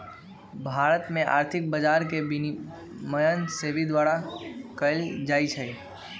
भारत में आर्थिक बजार के विनियमन सेबी द्वारा कएल जाइ छइ